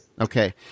Okay